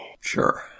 Sure